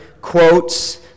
quotes